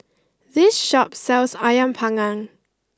this shop sells Ayam Panggang